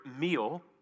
meal